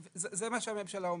זה מה שהממשלה אומרת.